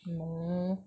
no